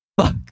Fuck